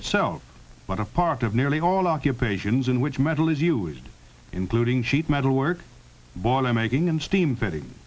itself but a part of nearly all occupations in which metal is used including sheet metal work boiler making and steam fitting